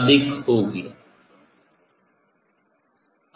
अधिक होगी